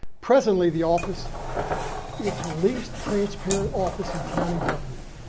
presently, the office is the least transparent office in county government,